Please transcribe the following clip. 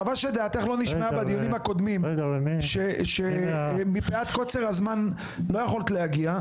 אז חבל שדעתך לא נשמעה בדיונים הקודמים שמפאת קוצר הזמן לא יכולת להגיע.